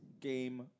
game